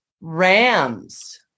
Rams